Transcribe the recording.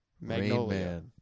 Magnolia